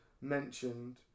mentioned